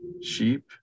sheep